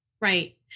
Right